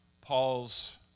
Paul's